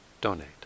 donate